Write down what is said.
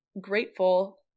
grateful